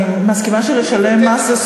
אני מסכימה שלשלם מס,